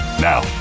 Now